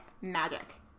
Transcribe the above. magic